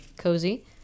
Cozy